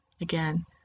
again